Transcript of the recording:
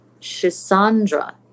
Shisandra